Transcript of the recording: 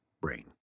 brain